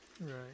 Right